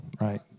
right